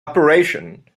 operation